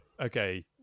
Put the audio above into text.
okay